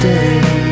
Day